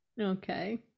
Okay